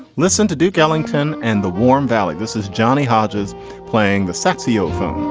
listen to duke ellington and the warm valley. this is johnny hodges playing the saxophone.